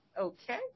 Okay